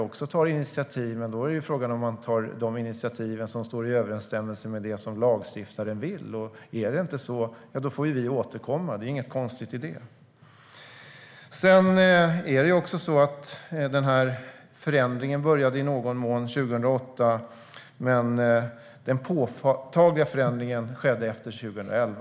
Men frågan är om man tar initiativ som överensstämmer med det lagstiftaren vill. Är det inte på det sättet får vi återkomma. Det är inget konstigt med det. Den här förändringen började i någon mån 2008. Men den påtagliga förändringen skedde efter 2011.